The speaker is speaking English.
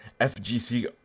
FGC